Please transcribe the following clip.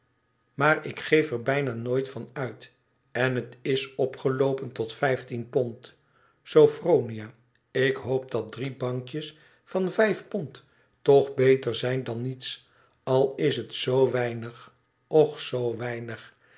maar ik geef er bijna nooit van uit en het is opgeloopen tot vijftien pond sophronia ik hoop dat drie bankjes van vijf pond toch beter zijn dan niets al is het zoo weinig och zoo weinig